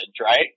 right